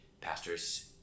pastors